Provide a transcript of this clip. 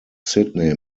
sydney